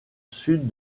sud